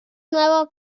nuevo